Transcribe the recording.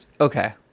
Okay